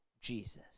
Jesus